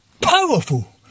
powerful